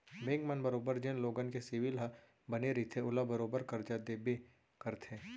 bank मन बरोबर जेन लोगन के सिविल ह बने रइथे ओला बरोबर करजा देबे करथे